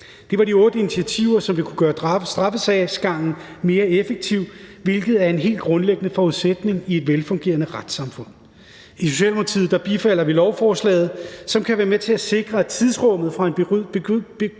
Det var de otte initiativer, som vil kunne gøre sagsgangen i straffesager mere effektiv, hvilket er en helt grundlæggende forudsætning for et velfungerende retssamfund. I Socialdemokratiet bifalder vi lovforslaget, som kan være med til at sikre, at tidsrummet, fra en forbrydelse